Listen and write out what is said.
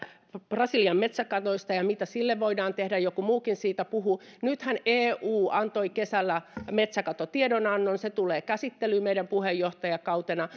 brasilian metsäkadoista ja siitä mitä sille voidaan tehdä ja joku muukin siitä puhui nythän eu antoi kesällä metsäkatotiedonannon se tulee käsittelyyn meidän puheenjohtajakaudella